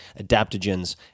adaptogens